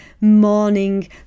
morning